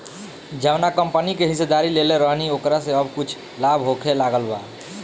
जावना कंपनी के हिस्सेदारी लेले रहनी ओकरा से अब कुछ लाभ होखे लागल बा